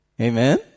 Amen